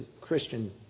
Christian